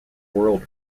world